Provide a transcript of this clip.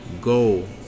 go